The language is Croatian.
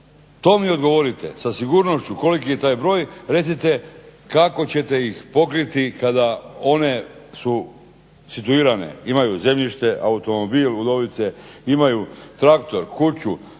to mi odgovorite sa sigurnošću koliki je taj broj recite kako ćete ih pokriti kada one su situirane? Imaju zemljište, automobil, imaju traktor, kuću